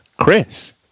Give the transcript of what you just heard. Chris